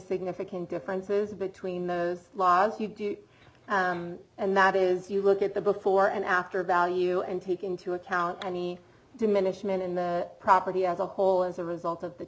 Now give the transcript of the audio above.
significant differences between the law as you do and that is you look at the before and after value and take into account any diminishment in the property as a whole as a result of the